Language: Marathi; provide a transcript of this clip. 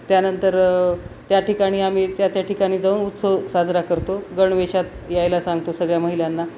त्यानंतर त्या ठिकाणी आम्ही त्या त्या ठिकाणी जाऊन उत्सव साजरा करतो गणवेषात यायला सांगतो सगळ्या महिलांना